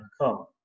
come